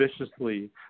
viciously